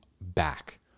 back